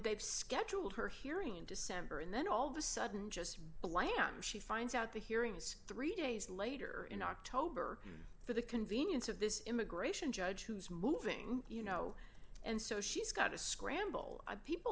they've scheduled her hearing in december and then all the sudden just blam she finds out the hearings three days later in october for the convenience of this immigration judge who's moving you know and so she's got to scramble people